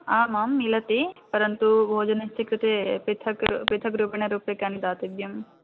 आम् आं मिलति परन्तु भोजनस्य कृते पृथक् पृथक् रूपेण रूप्यकाणि दातव्यं